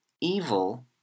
Evil